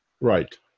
Right